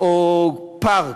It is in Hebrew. או פארק,